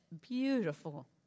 beautiful